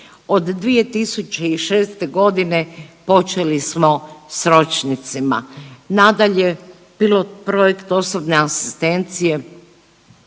Od 2006.g. počeli smo s ročnicima, nadalje pilot projekt osobne asistencije